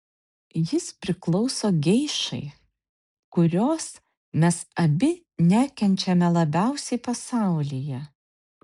jis priklauso geišai kurios mes abi nekenčiame labiausiai pasaulyje